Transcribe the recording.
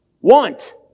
want